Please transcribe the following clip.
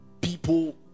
people